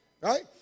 right